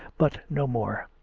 but no more.